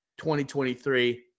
2023